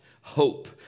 hope